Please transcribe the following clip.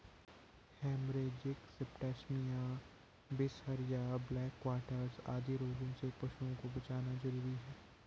haemorrhagic septicaemia, बिसहरिया, black quarters आदि रोगों से पशुओं को बचाना जरूरी है